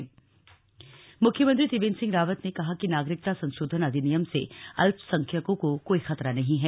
CAA CM मुख्यमंत्री त्रिवेंद्र सिंह रावत ने कहा कि नागरिकता संशोधन अधिनियम से अल्पसंख्यकों को कोई खतरा नहीं है